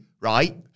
right